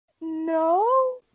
No